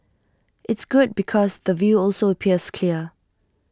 it's good because the view also appears clear